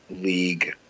league